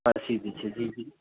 प्रसिद्ध छै जी जी